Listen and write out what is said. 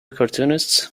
cartoonists